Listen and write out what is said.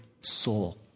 soul